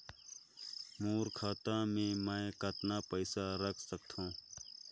मोर खाता मे मै कतना पइसा रख सख्तो?